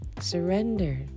Surrender